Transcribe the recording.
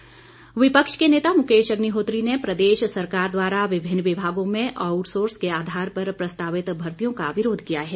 अग्निहोत्री विपक्ष के नेता मुकेश अग्निहोत्री ने प्रदेश सरकार द्वारा विभिन्न विभागों में आउट सोर्स के आधार पर प्रस्तावित भर्तियों का विरोध किया है